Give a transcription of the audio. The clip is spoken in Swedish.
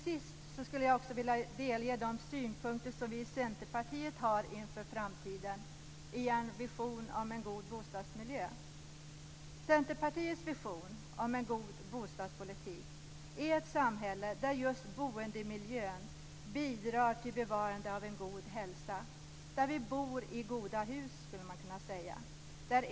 Jag skulle vilja delge de synpunkter som vi i Centerpartiet har inför framtiden i en vision om en god bostadsmiljö. Centerpartiets vision om en god bostadspolitik är ett samhälle där just boendemiljön bidrar till bevarande av en god hälsa. Där bor vi i goda hus, skulle man kunna säga.